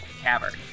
cavern